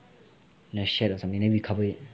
like a shed or something then you cover it